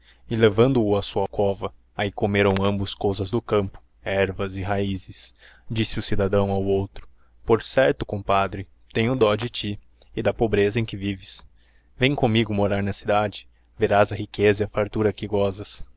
e levandoo á sua cova ahi comerão ambos cousas do campo hervas e raízes disse o cidadão ao outro por certo compadre tenho dó de ti e da pobreza em que vives vem commigo morar na cidade verás a riqueza e a fartura